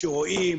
כשרואים,